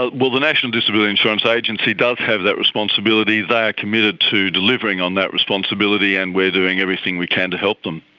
ah well, the national disability insurance agency does have that responsibility, they are committed to delivering on that responsibility and we're doing everything we can to help them.